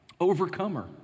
Overcomer